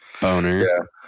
Boner